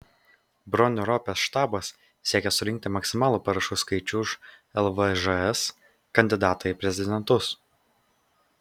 bronio ropės štabas siekia surinkti maksimalų parašų skaičių už lvžs kandidatą į prezidentus